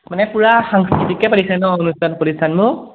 মানে পূৰা সাংঘাতিককৈ পাতিছে ন অনুষ্ঠান প্ৰতিষ্ঠান ন